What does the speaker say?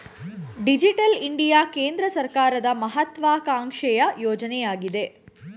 digital India ಕೇಂದ್ರ ಸರ್ಕಾರದ ಮಹತ್ವಾಕಾಂಕ್ಷೆಯ ಯೋಜನೆಯಗಿದೆ